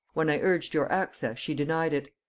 when i urged your access she denied it,